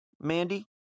Mandy